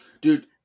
Dude